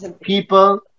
people